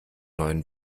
neuen